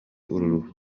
uru